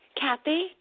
Kathy